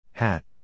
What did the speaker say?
Hat